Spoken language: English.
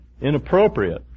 inappropriate